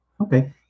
Okay